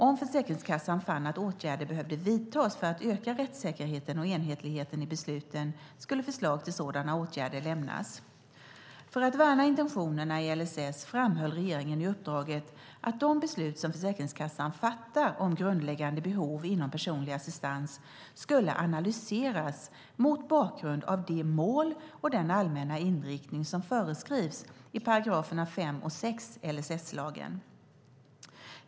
Om Försäkringskassan fann att åtgärder behövde vidtas för att öka rättssäkerheten och enhetligheten i besluten skulle förslag till sådana åtgärder lämnas. För att värna intentionerna i LSS framhöll regeringen i uppdraget att de beslut som Försäkringskassan fattar om grundläggande behov inom personlig assistans skulle analyseras bland annat mot bakgrund av de mål och den allmänna inriktning som föreskrivs i 5 § och 6 § i LSS.